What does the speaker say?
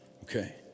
Okay